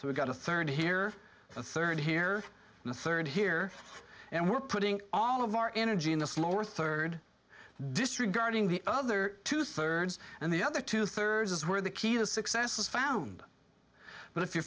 we got a third here a third here in the third here and we're putting all of our energy in the slower third disregarding the other two thirds and the other two thirds is where the key to success is found but if you